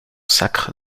sacre